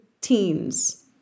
teens